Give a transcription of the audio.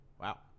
Wow